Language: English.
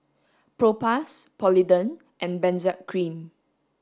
Propass Polident and Benzac Cream